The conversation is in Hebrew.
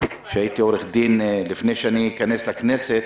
כשהייתי עורך דין לפני כניסתי לכנסת,